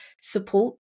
support